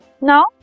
Now